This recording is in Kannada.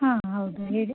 ಹಾಂ ಹೌದು ಹೇಳಿ